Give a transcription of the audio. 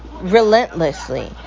relentlessly